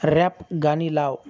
rap गाणी लाव